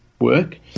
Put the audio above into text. work